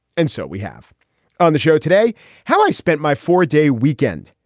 and so we have on the show today how i spent my four day weekend.